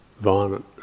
violent